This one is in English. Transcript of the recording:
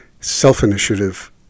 Self-initiative